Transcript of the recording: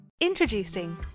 Introducing